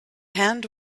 hand